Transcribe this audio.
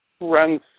runs